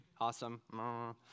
Awesome